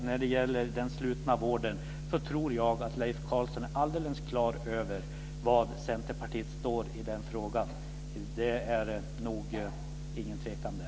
När det gäller den slutna vården tror jag att Leif Carlson är alldeles klar över var Centerpartiet står i den frågan. Det råder ingen tvekan där.